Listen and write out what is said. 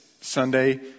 Sunday